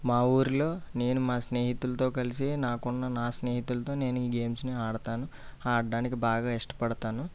మా ఊరిలో నేను మా స్నేహితులతో కలిసి నాకున్న నా స్నేహితులతో నేను ఈ గేమ్స్ని ఆడతాను ఆడడానికి బాగా ఇష్టపడతాను